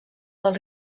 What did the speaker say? del